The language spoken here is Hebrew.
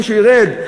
מישהו ירד?